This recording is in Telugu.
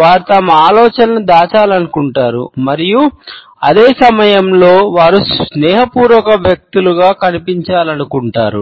వారు తమ ఆలోచనలను దాచాలనుకుంటున్నారు మరియు అదే సమయంలో వారు స్నేహపూర్వక వ్యక్తులుగా కనిపించాలనుకుంటారు